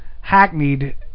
hackneyed